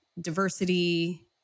diversity